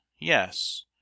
yes